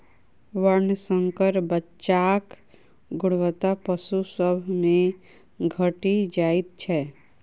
वर्णशंकर बच्चाक गुणवत्ता पशु सभ मे घटि जाइत छै